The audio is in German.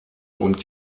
und